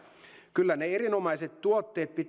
kyllä ne erinomaiset tuotteet